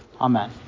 Amen